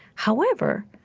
however,